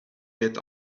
get